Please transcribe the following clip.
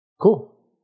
Cool